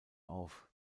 auf